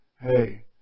hey